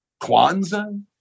Kwanzaa